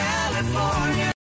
California